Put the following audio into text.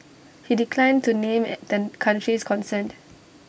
he declined to name the countries concerned